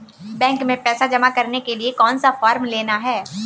Bank में पैसा जमा करने के लिए कौन सा फॉर्म लेना है?